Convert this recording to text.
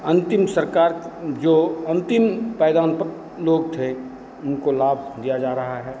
अंतिम सरकार जो अंतिम पायदान पर लोग थे उनको लाभ दिया जा रहा है